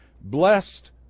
blessed